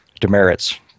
demerits